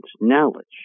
knowledge